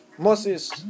Moses